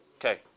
Okay